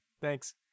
Thanks